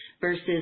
versus